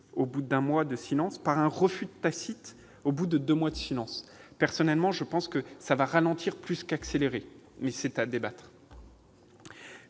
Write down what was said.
au bout d'un mois de silence par un refus tacite au bout de deux mois de silence. Personnellement, je pense que cela va ralentir plutôt qu'accélérer le processus, mais c'est à débattre.